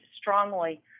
strongly